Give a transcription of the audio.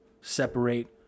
separate